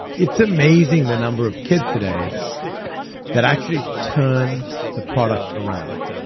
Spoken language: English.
it's amazing the number of kids today that actually turn the product around.